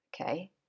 Okay